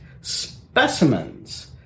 specimens